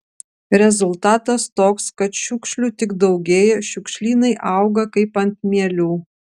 rezultatas toks kad šiukšlių tik daugėja šiukšlynai auga kaip ant mielių